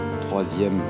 troisième